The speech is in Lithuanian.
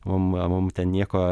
mum mum ten nieko